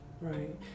Right